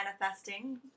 manifesting